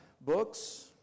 books